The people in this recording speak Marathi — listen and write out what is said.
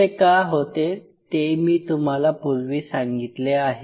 असे का होते ते मी तुम्हाला पूर्वी सांगितले आहे